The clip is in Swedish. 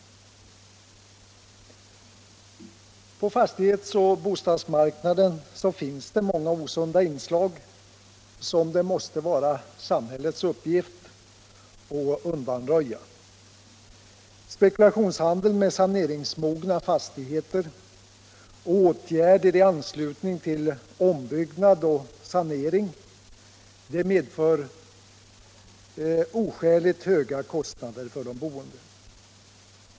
På fastighetsoch bostadsmarknaden finns det många osunda inslag, som det måste vara samhällets uppgift att undanröja. Spekulationshandeln med saneringsmogna fastigheter och åtgärder i anslutning till ombyggnad och sanering medför oskäligt höga kostnader för de boende.